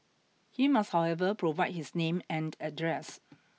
he must however provide his name and address